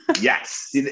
yes